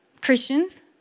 Christians